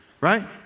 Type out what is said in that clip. Right